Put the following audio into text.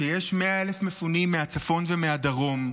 שיש 100,000 מפונים מהצפון ומהדרום,